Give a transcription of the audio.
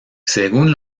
según